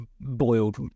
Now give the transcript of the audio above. boiled